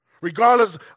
Regardless